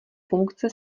funkce